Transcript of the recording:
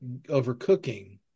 overcooking